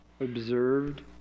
observed